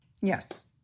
Yes